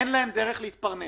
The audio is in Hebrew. אין להם דרך להתפרנס,